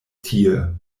tie